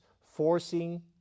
forcing